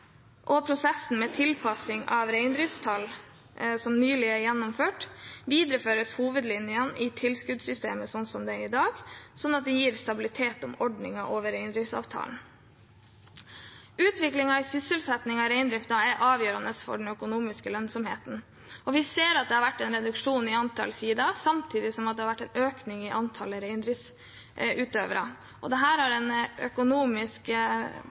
at prosessen med tilpasning av reintall nylig er gjennomført, videreføres hovedlinjene i tilskuddssystemet slik det er i dag, så det gir stabilitet om ordningene over reindriftsavtalen. Utviklingen i sysselsettingen i reindriften er avgjørende for den økonomiske lønnsomheten, og vi ser at det har vært en reduksjon i antall sidaer samtidig som det har vært en økning i antall reindriftsutøvere. Dette har en økonomisk